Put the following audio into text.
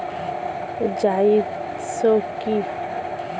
জায়িদ শস্য কি?